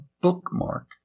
bookmark